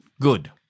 good